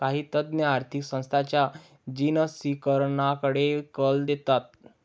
काही तज्ञ आर्थिक संस्थांच्या जिनसीकरणाकडे कल देतात